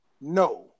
No